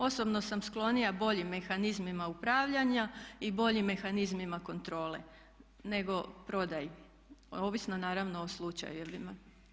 Osobno sam sklonija boljim mehanizmima upravljanja i boljim mehanizmima kontrole nego prodaji, ovisno naravno o slučaju.